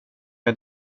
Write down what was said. jag